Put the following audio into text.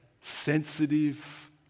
sensitive